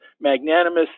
magnanimous